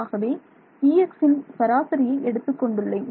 ஆகவே Exன் சராசரியை எடுத்துக்கொண்டுள்ளேன்